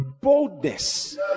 boldness